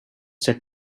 said